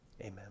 amen